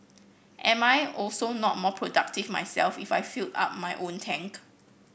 am I also not more productive myself if I filled up my own tank